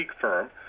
firm